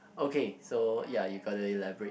okay so ya you got to elaborate